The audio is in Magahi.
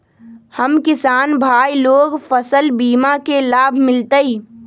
हम किसान भाई लोग फसल बीमा के लाभ मिलतई?